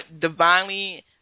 divinely